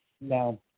Now